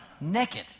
naked